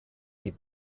die